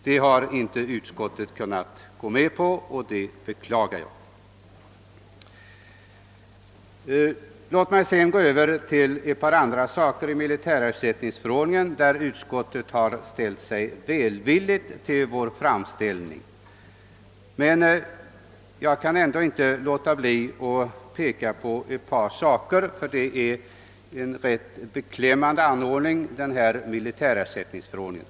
Detta har utskottet inte kunnat gå med på, och det beklagar jag. Låt mig sedan gå över till ett par andra punkter i militärersättningsförordningen, där utskottet ställt sig välvilligt till vår framställning. Denna militärersättningsförordning är emellertid ganska beklämmande, och jag kan inte låta bli att peka på ett par saker.